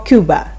Cuba